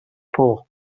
poor